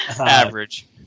Average